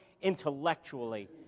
intellectually